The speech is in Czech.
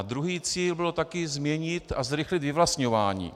Druhý cíl byl také změnit a zrychlit vyvlastňování.